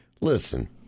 Listen